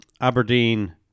Aberdeen